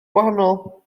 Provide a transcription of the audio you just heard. gwahanol